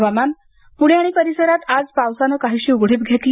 हवामान पुणे आणि परिसरात आज पावसानं काहीशी उघडीप घेतली